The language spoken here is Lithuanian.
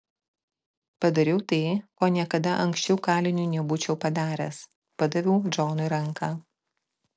padariau tai ko niekada anksčiau kaliniui nebūčiau padaręs padaviau džonui ranką